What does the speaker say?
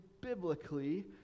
biblically